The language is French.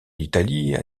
l’italie